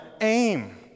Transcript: aim